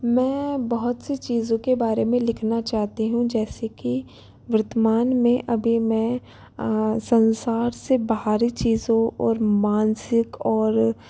मैं बहुत सी चीज़ो के बारे में लिखना चाहती हूँ जैसे कि वर्तमान में अभी मैं संसार से बाहरी चीज़ों और मानसिक और